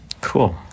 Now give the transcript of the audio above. Cool